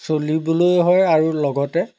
চলিবলৈ হয় আৰু লগতে